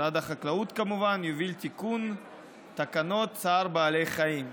החקלאות יביא לתיקון תקנות צער בעלי חיים.